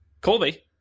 Colby